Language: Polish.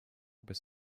bez